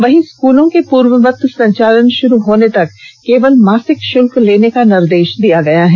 वहीं स्कूलों के पूर्ववत संचालन शुरू होने तक केवल मार्सिक शुल्क लेने का निर्देश दिया गया है